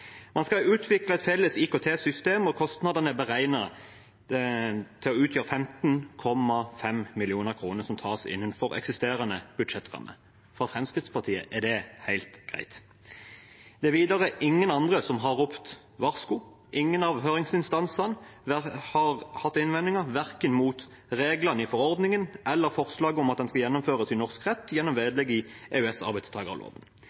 Man skal utvikle et felles IKT-system, og kostnadene er beregnet å utgjøre 15,5 mill. kr, som tas innenfor eksisterende budsjettramme. For Fremskrittspartiet er det helt greit. Det er videre ingen andre som har ropt varsko. Ingen av høringsinstansene har hatt innvendinger, mot verken reglene i forordningen eller forslaget om at den skal gjennomføres i norsk rett gjennom